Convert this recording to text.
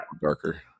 darker